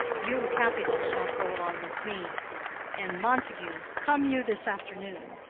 you, capulet, shall go along with me and, montague, come you this afternoon,